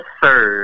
sir